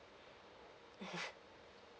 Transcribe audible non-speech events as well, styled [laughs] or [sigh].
[laughs]